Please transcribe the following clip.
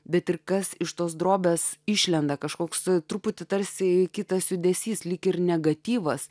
bet ir kas iš tos drobės išlenda kažkoks truputį tarsi kitas judesys lyg ir negatyvas